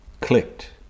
Clicked